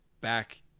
back